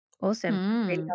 awesome